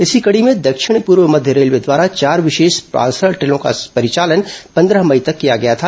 इसी कड़ी में दक्षिण पूर्व मध्य रेलवे द्वारा चार विशेष पार्सल ट्रेनों का परिचालन पंद्रह मई तक किया गया था